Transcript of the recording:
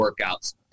workouts